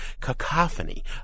cacophony